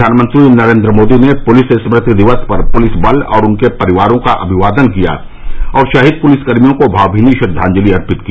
प्रधानमंत्री नरेन्द्र मोदी ने पुलिस स्मृति दिवस पर पुलिस बल और उनके परिवारों का अभिवादन किया और शहीद पुलिसकर्मियों को भावमीनी श्रद्वांजलि अर्पित की